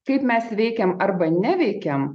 kaip mes veikiam arba neveikiam